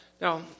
Now